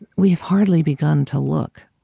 we have hardly begun to look.